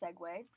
segue